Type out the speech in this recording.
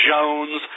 Jones